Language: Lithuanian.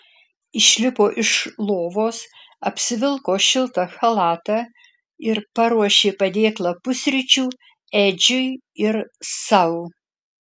išlipo iš lovos apsivilko šiltą chalatą ir paruošė padėklą pusryčių edžiui ir sau